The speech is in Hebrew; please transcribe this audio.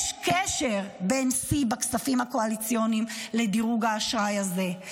יש קשר בין שיא בכספים הקואליציוניים לדירוג האשראי הזה,